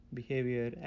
behavior